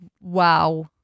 Wow